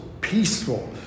peaceful